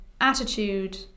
attitude